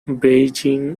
beijing